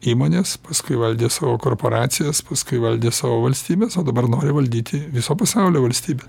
įmones paskui valdė savo korporacijas paskui valdė savo valstybes o dabar nori valdyti viso pasaulio valstybę